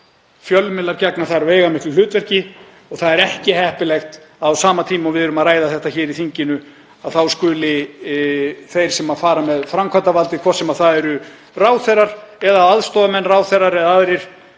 Fjölmiðlar gegna þar veigamiklu hlutverki og það er ekki heppilegt að á sama tíma og við erum að ræða þetta hér í þinginu skuli þeir sem fara með framkvæmdarvaldið, hvort sem það eru ráðherrar eða aðstoðarmenn ráðherra eða aðrir,